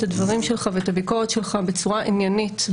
הדברים שלך ואת הביקורת שלך בצורה עניינית,